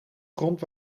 grond